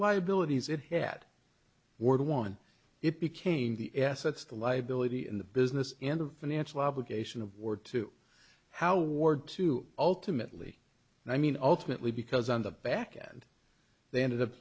liabilities it had were the one it became the assets the liability in the business end of financial obligation of war to how ward two ultimately and i mean ultimately because on the back end they ended up